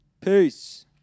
Peace